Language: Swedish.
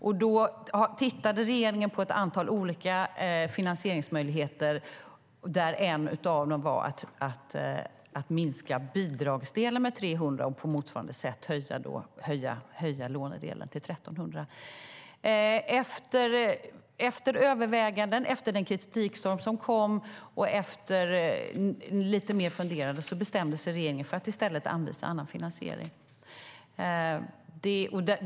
Regeringen tittade på ett antal olika finansieringsmöjligheter där en av dem var att minska bidragsdelen med 300 kronor och på motsvarande sätt höja lånedelen med 1 300 kronor. Efter överväganden, efter den kritikstorm som kom och efter lite mer funderande bestämde sig regeringen för att i stället anvisa annan finansiering.